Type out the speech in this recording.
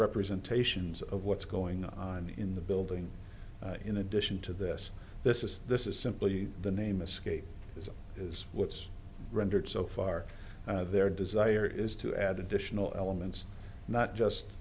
representations of what's going on in the building in addition to this this is this is simply the name escape this is what's rendered so far their desire is to add additional elements not just